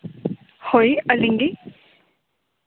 ᱦᱳᱭ ᱟᱞᱤᱧ ᱜᱮ